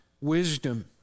wisdom